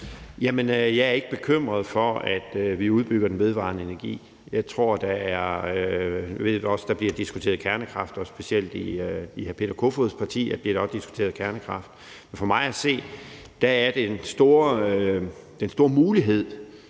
Jeg er ikke bekymret for, at vi udbygger den vedvarende energi. Jeg ved også, der bliver diskuteret kernekraft, og specielt i hr. Peter Kofods parti bliver der diskuteret kernekraft. Med den placering, vi har, og med